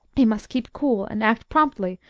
he must keep cool and act promptly,